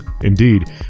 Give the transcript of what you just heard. Indeed